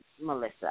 Melissa